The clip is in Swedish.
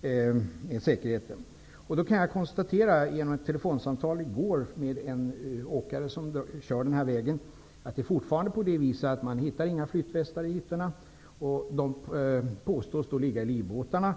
Jag har kunnat konstatera genom ett telefonsamtal i går med en åkare som kör denna väg att man fortfarande inte hittar några flytvästar i hytterna, utan att de påstås ligga i livbåtarna.